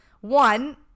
one